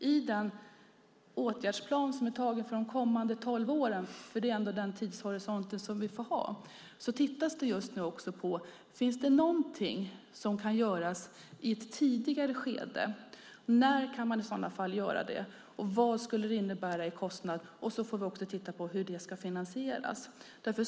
I den åtgärdsplan som är antagen för de kommande tolv åren - det är ändå den tidshorisont vi får ha - tittas det just nu också på om det finns någonting som kan göras i ett tidigare skede. När kan man i så fall göra det, och vad skulle det innebära i kostnad? Då får vi också titta på hur det ska finansieras.